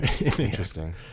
Interesting